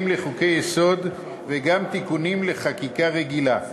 לחוקי-יסוד וגם תיקונים לחקיקה רגילה.